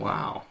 Wow